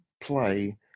play